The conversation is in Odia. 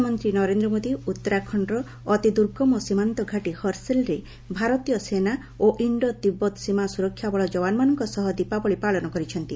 ପ୍ରଧାନମନ୍ତ୍ରୀ ନରେନ୍ଦ୍ର ମୋଦି ଉତ୍ତରାଖଣର ଅତି ଦୁର୍ଗମ ସୀମାନ୍ତ ଘାଟି ହରସିଲ୍ରେ ଭାରତୀୟ ସେନା ଓ ଇଷ୍ଡୋ ତିବତ ସୀମା ସ୍ୱରକ୍ଷା ବଳ ଯବାନମାନଙ୍କ ସହ ଦୀପାବଳି ପାଳନ କରିଛନ୍ତି